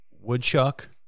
woodchuck